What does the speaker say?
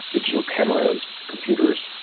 digital cameras, computers,